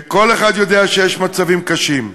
כל אחד יודע שיש מצבים קשים,